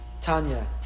Tanya